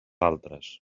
altres